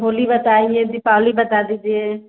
होली बताइए दीपावली बता दीजिए